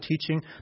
teaching